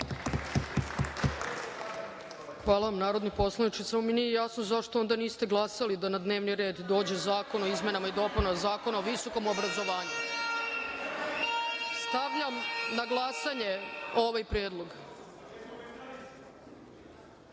Hvala vam narodni poslaniče. Samo mi nije jasno zašto onda niste glasali da na dnevni red dođe zakon o izmenama i dopunama Zakona o visokom obrazovanju. Stavljam na glasanje ovaj